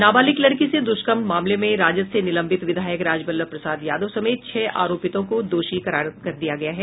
नाबालिग लड़की से दुष्कर्म मामले में राजद से निलंबित विधायक राजवल्लभ प्रसाद यादव समेत छह आरोपितों को दोषी करार दिया गया है